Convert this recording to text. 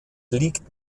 liegt